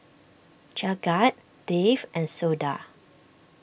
Jagat Dev and Suda